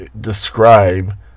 describe